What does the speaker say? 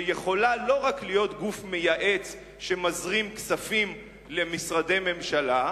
שיכולה לא רק להיות גוף מייעץ שמזרים כספים למשרדי ממשלה,